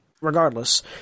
regardless